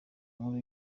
nkuru